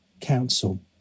council